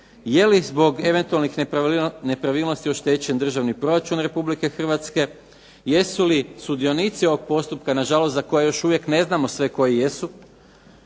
je li zbog eventualnih nepravilnosti oštećen državni proračun Republike Hrvatske, jesu li sudionici ovog postupka na žalost za koje još uvijek ne znamo koji jesu,